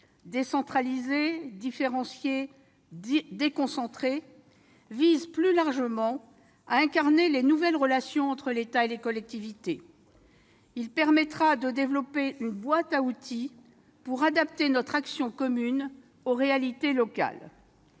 décentraliser, différencier, déconcentrer -, vise plus largement à incarner les nouvelles relations entre l'État et les collectivités. Il permettra de développer une boîte à outils pour adapter notre action commune aux réalités locales.